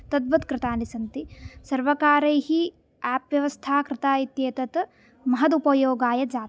तद्वत् कृतानि सन्ति सर्वकारैः एप् व्यवस्था कृता इत्येतत् महदुपयोगाय जातम्